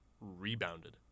rebounded